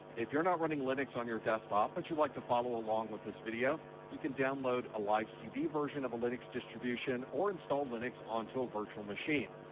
if you're not running linux on your desktop, but you'd like to follow along with this video, you can download a live cd version of a linux distribution or install linux onto a virtual machine.